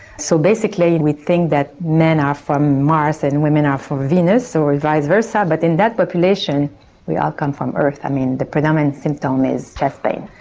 so basically and we think that men are from mars and women are from venus, or vice versa, but in that population we all come from earth. i mean, the predominant symptom um is chest pain.